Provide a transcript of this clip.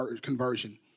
conversion